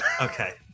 Okay